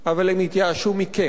אבל הם התייאשו מכם,